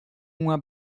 uma